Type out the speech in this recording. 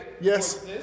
Yes